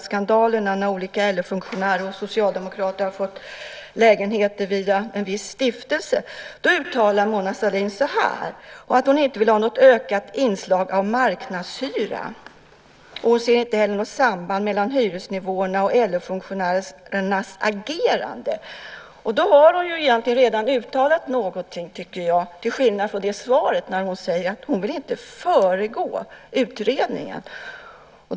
Hon ser heller inte något samband mellan hyresnivåerna och LO-funktionärernas agerande. - Detta var med anledning av de stora skandalerna där LO-funktionärer och socialdemokrater har fått lägenheter via en viss stiftelse. Då har hon redan uttalat något, tycker jag, till skillnad från i svaret där hon säger att hon inte vill föregå utredningen.